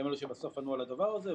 הם אלה שענו על הדבר הזה.